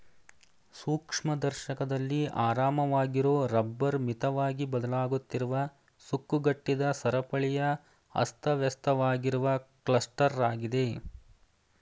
ಸೂಕ್ಷ್ಮದರ್ಶಕದಲ್ಲಿ ಆರಾಮವಾಗಿರೊ ರಬ್ಬರ್ ಮಿತವಾಗಿ ಬದಲಾಗುತ್ತಿರುವ ಸುಕ್ಕುಗಟ್ಟಿದ ಸರಪಳಿಯ ಅಸ್ತವ್ಯಸ್ತವಾಗಿರುವ ಕ್ಲಸ್ಟರಾಗಿದೆ